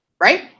right